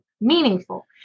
meaningful